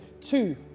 Two